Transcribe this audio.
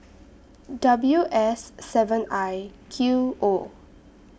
W S seven I Q O